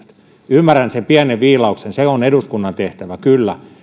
ymmärrän sen pienen viilauksen se on eduskunnan tehtävä kyllä